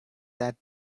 that